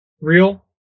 real